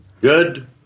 Good